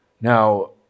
Now